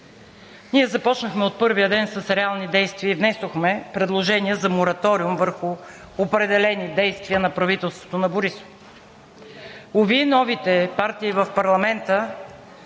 Ние започнахме от първия ден с реални действия и внесохме предложение за мораториум върху определени действия на правителството на Борисов. Уви, новите партии в парламента